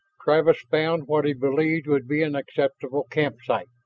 travis found what he believed would be an acceptable camp site.